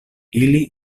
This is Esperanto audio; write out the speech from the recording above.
ili